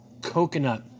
coconut